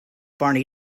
barney